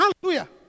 Hallelujah